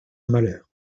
malheur